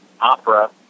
opera